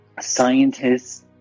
scientists